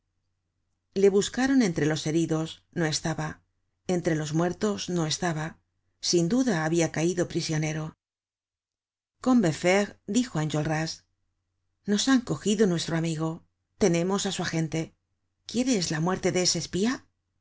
le buscaron entre los heridos no estaba entre los muertos no estaba sin duda habia caido prisionero combeferre dijo á enjolras nos han cogido nuestro amigo tenemos á su agente quiéres la muerte de ese espía